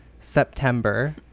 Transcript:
september